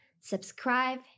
subscribe